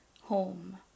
home